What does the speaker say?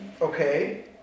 Okay